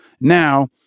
Now